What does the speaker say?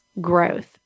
growth